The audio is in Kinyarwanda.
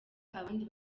abandi